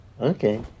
Okay